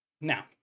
Now